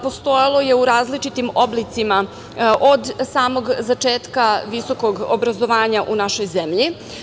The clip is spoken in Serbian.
Postojalo je u različitim oblicima od samog začetka visokog obrazovanja u našoj zemlji.